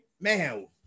Man